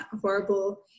horrible